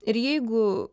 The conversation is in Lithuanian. ir jeigu